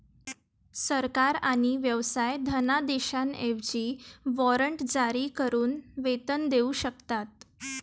सरकार आणि व्यवसाय धनादेशांऐवजी वॉरंट जारी करून वेतन देऊ शकतात